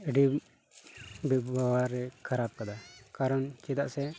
ᱟᱹᱰᱤ ᱵᱮᱵᱚᱦᱟᱨᱮ ᱠᱷᱟᱨᱟᱯ ᱠᱟᱫᱟ ᱠᱟᱨᱚᱱ ᱪᱮᱫᱟᱜ ᱥᱮ